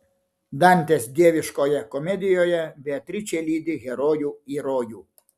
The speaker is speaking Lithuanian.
dantės dieviškoje komedijoje beatričė lydi herojų į rojų